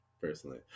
personally